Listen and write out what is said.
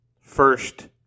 first